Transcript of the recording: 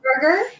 burger